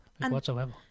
whatsoever